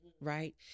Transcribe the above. right